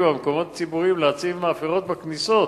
במקומות הציבוריים להציב מאפרות בכניסות,